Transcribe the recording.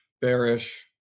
bearish